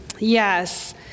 Yes